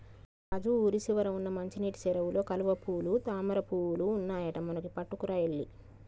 రాజు ఊరి చివర వున్న మంచినీటి సెరువులో కలువపూలు తామరపువులు ఉన్నాయట మనకి పట్టుకురా ఎల్లి